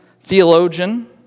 theologian